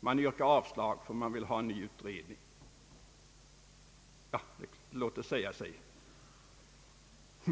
man yrkar avslag för att man vill ha en ny utredning. Det låter säga sig.